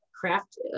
craft